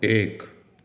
एक